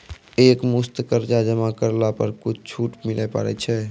एक मुस्त कर्जा जमा करला पर कुछ छुट मिले पारे छै?